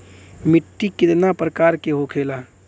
मिट्टी कितना प्रकार के होखेला?